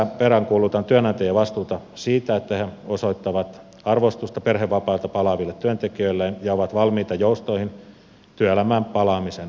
tässä peräänkuulutan työantajien vastuuta siitä että he osoittavat arvostusta perhevapailta palaaville työntekijöilleen ja ovat valmiita joustoihin työelämään palaamisen helpottamiseksi